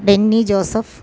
denny joseph